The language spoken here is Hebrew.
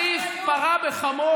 הרי אתם מציעים להחליף פרה בחמור,